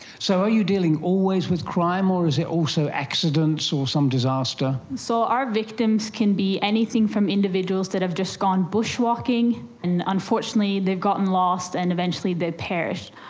so are you dealing always with crime, or is it also accidents or some disaster? so our victims can be anything from individuals that have just gone bushwalking and unfortunately they've gotten lost and eventually they perish,